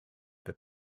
that